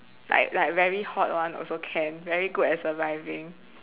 like like very hot [one] also can very good at surviving